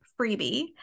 Freebie